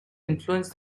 influenced